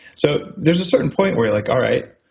so there's a certain point where like, all right,